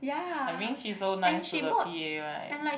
I mean she's so nice to the P_A right